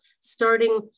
starting